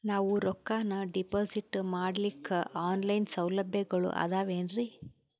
ನಾವು ರೊಕ್ಕನಾ ಡಿಪಾಜಿಟ್ ಮಾಡ್ಲಿಕ್ಕ ಆನ್ ಲೈನ್ ಸೌಲಭ್ಯಗಳು ಆದಾವೇನ್ರಿ?